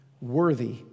worthy